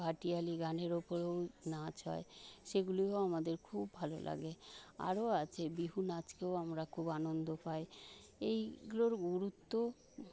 ভাটিয়ালি গানের ওপরেও নাচ হয় সেগুলিও আমাদের খুব ভালো লাগে আরও আছে বিহু নাচকেও আমরা খুব আনন্দ পাই এইগুলোর গুরুত্ব